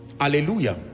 hallelujah